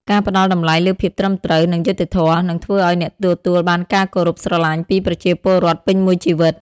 ការផ្តល់តម្លៃលើភាពត្រឹមត្រូវ និងយុត្តិធម៌ នឹងធ្វើឱ្យអ្នកទទួលបានការគោរពស្រឡាញ់ពីប្រជាពលរដ្ឋពេញមួយជីវិត។